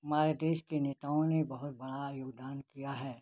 हमारे देश के नेताओं ने बहुत बड़ा योगदान किया है